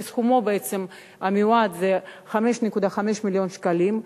שסכומו המיועד הוא 5.5 מיליון שקלים,